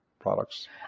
products